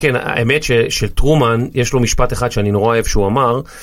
כן, האמת שטרומן יש לו משפט אחד שאני נורא אהב שהוא אמר,